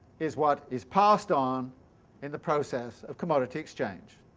is what is passed on in the process of commodity exchange.